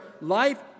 life